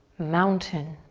mountain.